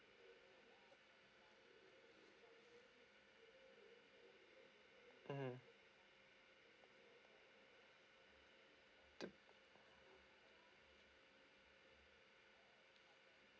mmhmm to